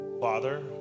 Father